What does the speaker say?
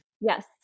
Yes